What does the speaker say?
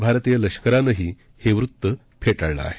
भारतीय लष्कारानंही हे वृत्त फेटाळलं आहे